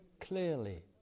clearly